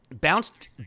bounced